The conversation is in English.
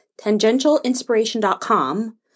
tangentialinspiration.com